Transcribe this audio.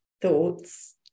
thoughts